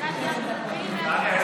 תתחילי מההתחלה.